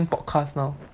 podcast now